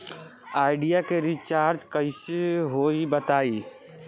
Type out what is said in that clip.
Idea के recharge कइसे होई बताईं?